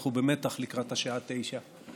אנחנו במתח לקראת השעה 21:00,